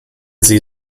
sie